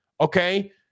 okay